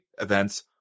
events